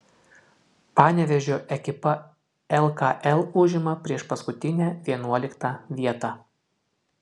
panevėžio ekipa lkl užima priešpaskutinę vienuoliktą vietą